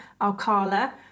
Alcala